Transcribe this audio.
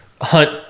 hunt